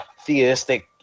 theistic